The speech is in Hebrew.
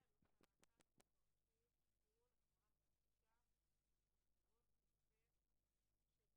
הנושאים שיידונו הם הצעת חוק העונשין (תיקון החמרת הענישה בשל